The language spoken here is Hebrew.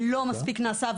אבל לא נעשה מספיק,